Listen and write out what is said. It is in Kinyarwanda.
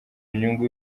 nyungu